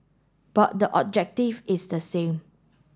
but the objective is the same